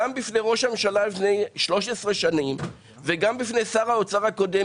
גם בפני ראש הממשלה לפני 13 שנים וגם בפני שר האוצר הקודם